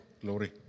glory